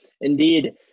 Indeed